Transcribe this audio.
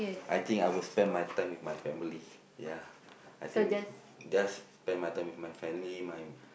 I think I will spend my time with my family ya I think with just spend my time with my family my